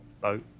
boat